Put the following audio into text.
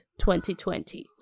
2020